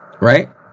right